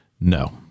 No